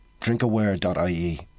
Drinkaware.ie